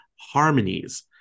harmonies